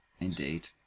indeed